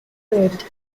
recruit